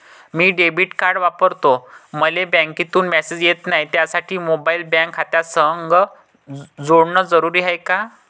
मी debit card वापरतो मले बँकेतून मॅसेज येत नाही, त्यासाठी मोबाईल बँक खात्यासंग जोडनं जरुरी हाय का?